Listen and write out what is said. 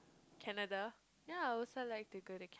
Canada ya I also like to go to